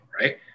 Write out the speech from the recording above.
right